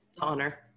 Honor